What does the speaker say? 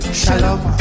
shalom